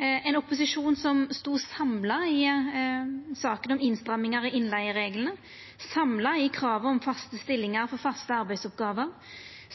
ein opposisjon som stod samla i saka om innstrammingar i innleigereglane, samla i kravet om faste stillingar for faste arbeidsoppgåver,